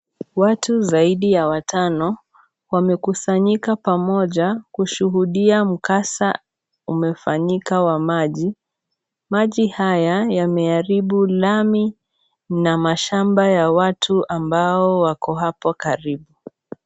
Watu zaidi ya watano wamekusanyika pamoja kushuhudia mkasa umefanyika wa maji, maji haya yameharibu lami na mashamba ya watu ambao wako hapo karibu.